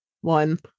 one